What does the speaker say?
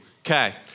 okay